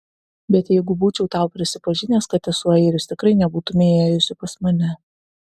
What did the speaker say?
bet jeigu būčiau tau prisipažinęs kad esu airis tikrai nebūtumei ėjusi pas mane